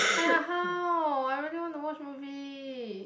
!aiya! how I really want to watch movie